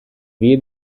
vie